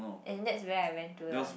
is that where I went to lah